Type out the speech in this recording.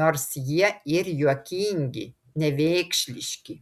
nors jie ir juokingi nevėkšliški